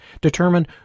Determine